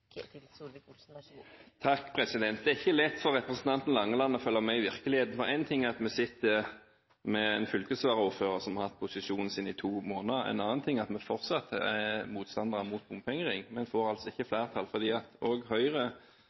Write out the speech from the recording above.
Det er ikke lett for representanten Langeland å følge med i virkeligheten, for én ting er at vi sitter med en fylkesvaraordfører som har hatt sin posisjon i to måneder, en annen ting er at vi fortsatt er motstandere av bompengering. Vi får altså ikke flertall fordi Høyre og